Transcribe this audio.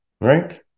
right